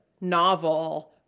novel